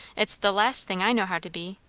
it's the last thing i know how to be.